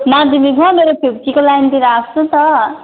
माध्यमिकमा मेरो फिप्टीको लाइनतिर आएको छ त